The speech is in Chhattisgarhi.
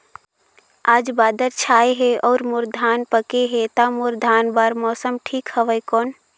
आज बादल छाय हे अउर मोर धान पके हे ता मोर धान बार मौसम ठीक हवय कौन?